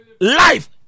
life